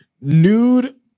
nude